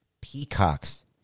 Peacocks